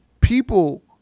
people